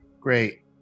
Great